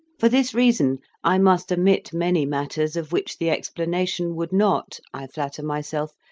for this reason i must omit many matters of which the explanation would not, i flatter myself,